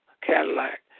Cadillac